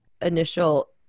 initial